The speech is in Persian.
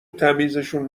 تمیزشون